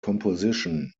composition